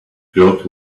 filled